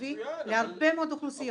ומיטבי להרבה מאוד אוכלוסיות.